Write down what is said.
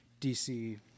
DC